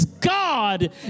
God